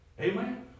Amen